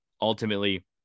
ultimately